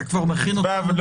הוא כבר מכין אותנו לחג הבא.